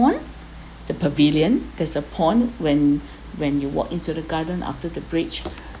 the pavilion there is a pond when when you walk into the garden after the bridge